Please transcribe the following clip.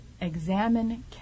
examine